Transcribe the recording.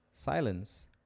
Silence